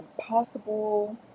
possible